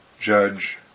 judge